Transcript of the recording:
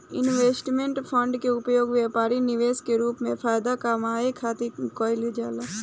investment fund के उपयोग व्यापारी निवेश के रूप में फायदा कामये खातिर कईल जाला